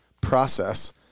process